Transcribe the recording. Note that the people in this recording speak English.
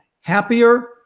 happier